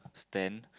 stand